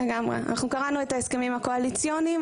אנחנו קראנו את ההסכמים הקואליציוניים.